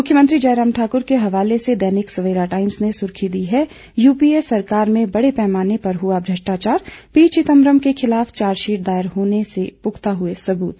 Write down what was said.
मुख्यमंत्री जय राम ठाकुर के हवाले से दैनिक सवेरा टाइम्स ने सुर्खी दी है यूपीए सरकार में बड़े पैमाने पर हुआ भ्रष्टाचार पी चिदंबरम के खिलाफ चार्जशीट दायर होने से पुख्ता हुए सबूत